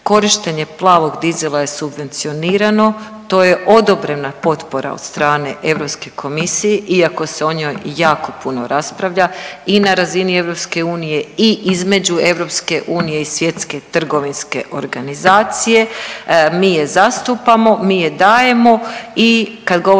Korištenje plavog dizela je subvencionirano, to je odobrena potpora od strane Europske komisije iako se o njoj jako puno raspravlja i na razini EU i između EU i Svjetske trgovinske organizacije, mi je zastupamo, mi je dajemo i kad govorimo